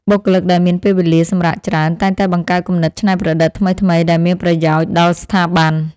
បុគ្គលិកដែលមានពេលវេលាសម្រាកច្រើន តែងតែបង្កើតគំនិតច្នៃប្រឌិតថ្មីៗដែលមានប្រយោជន៍ដល់ស្ថាប័ន។